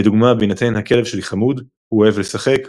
לדוגמה, בהינתן " הכלב שלי חמוד הוא אוהב לשחק",